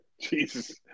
Jesus